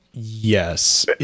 Yes